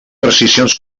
precisions